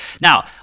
Now